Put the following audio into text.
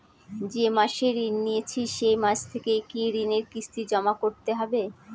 যে মাসে ঋণ নিয়েছি সেই মাস থেকেই কি ঋণের কিস্তি জমা করতে হবে?